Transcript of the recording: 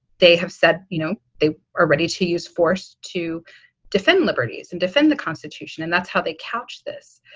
they have said, you know, they are ready to use force to defend liberties and defend the constitution. and that's how they couched this.